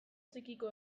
txikiko